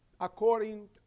according